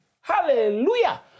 Hallelujah